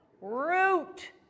root